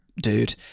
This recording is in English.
dude